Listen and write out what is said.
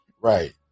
Right